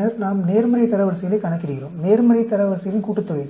பின்னர் நாம் நேர்மறை தரவரிசைகளைக் கணக்கிடுகிறோம் நேர்மறை தரவரிசைகளின் கூட்டுத்தொகை